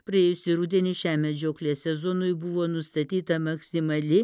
praėjusį rudenį šiam medžioklės sezonui buvo nustatyta maksimali